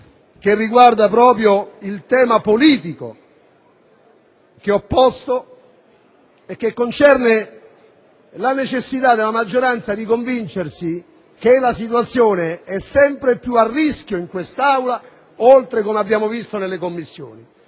che riguarda proprio il tema politico che ho posto, vale a dire la necessità della maggioranza di convincersi che la situazione è sempre più a rischio in quest'Aula, oltre che, come abbiamo visto, nelle Commissioni.